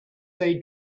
they